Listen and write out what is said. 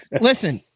listen